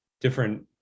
different